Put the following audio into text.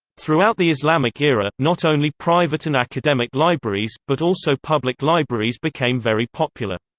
throughout the islamic era, not only private and academic libraries, but also public libraries became very popular.